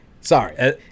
Sorry